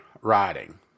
riding